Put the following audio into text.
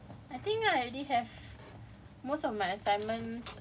but ya I already have let me see I think I already have